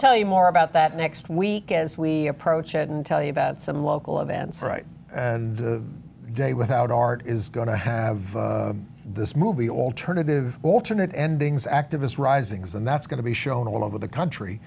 tell you more about that next week as we approach it and tell you about some local events right the day without art is going to have this movie alternative alternate endings activists risings and that's going to be shown all over the country